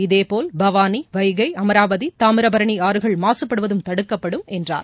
இதேபோல பவானி வைகை அமராவதி தாமிரபரணி ஆறுகள் மாசுபடுவதும் தடுக்கப்படும் என்றார்